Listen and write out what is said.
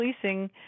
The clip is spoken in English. policing